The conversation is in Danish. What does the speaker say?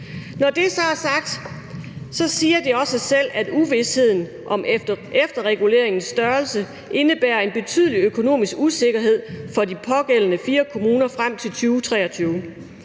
Når det så er sagt, siger det også sig selv, at uvisheden om efterreguleringens størrelse indebærer en betydelig økonomisk usikkerhed for de pågældende 4 kommuner frem til 2023.